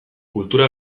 kultura